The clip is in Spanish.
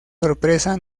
sorpresa